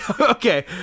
Okay